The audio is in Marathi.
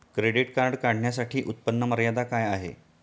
क्रेडिट कार्ड काढण्यासाठी उत्पन्न मर्यादा काय आहे?